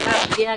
נעולה.